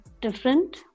different